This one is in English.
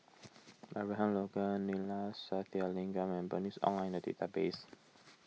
Abraham Logan Neila Sathyalingam and Bernice Ong are in the database